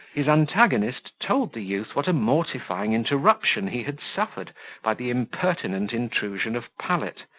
his antagonist told the youth what a mortifying interruption he had suffered by the impertinent intrusion of pallet,